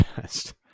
best